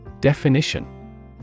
Definition